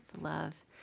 love